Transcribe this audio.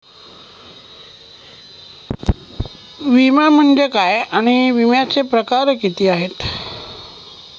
विमा म्हणजे काय आणि विम्याचे किती प्रकार आहेत?